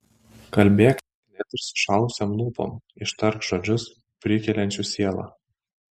kalbėk net ir sušalusiom lūpom ištark žodžius prikeliančius sielą